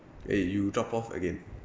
eh you drop off again